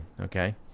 okay